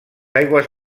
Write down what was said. aigües